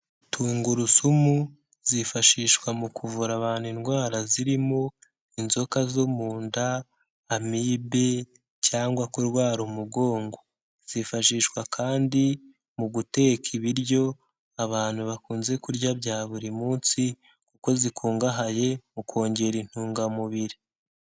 Tungurusumu zifashishwa mu kuvura abantu indwara zirimo inzoka zo mu nda, amibe cyangwa kurwara umugongo, zifashishwa kandi mu guteka ibiryo abantu bakunze kurya bya buri munsi kuko zikungahaye mu kongera intungamubiri.